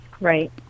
Right